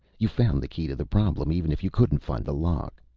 you found the key to the problem, even if you couldn't find the lock.